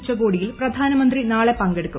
ഉച്ചകോടിയിൽ പ്രധാനമന്ത്രി നാളെ പങ്കെടുക്കും